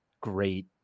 great